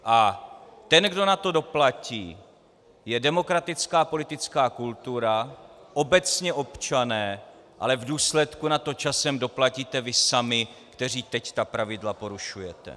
A ten, kdo na to doplatí, je demokratická politická kultura, obecně občané, ale v důsledku na to časem doplatíte vy sami, kteří teď ta pravidla porušujete.